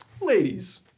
Ladies